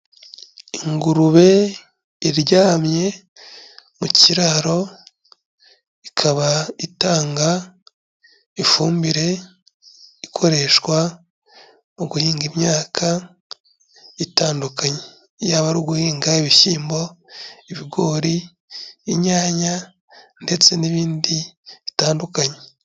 Ingurube iryamye mu kiraro, ikaba itanga ifumbire ikoreshwa mu guhinga imyaka itandukanye, yaba ari uguhinga ibishyimbo, ibigori, inyanya ndetse n'ibindi bitandukanye.